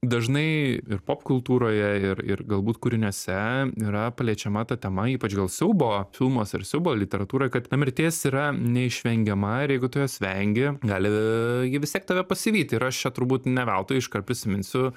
dažnai ir pop kultūroje ir ir galbūt kūriniuose yra paliečiama ta tema ypač gal siaubo filmuose ir siaubo literatūroj kad na mirtis yra neišvengiama ir jeigu tu jos vengi gali taigi vis tiek tave pasivyti ir aš čia turbūt ne veltui iškart prisiminsiu